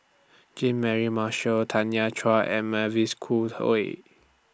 Jean Mary Marshall Tanya Chua and Mavis Khoo Oei